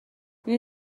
این